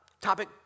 topic